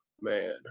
Man